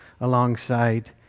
alongside